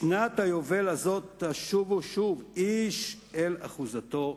בשנת היובל הזאת תשבו איש אל אחזתו".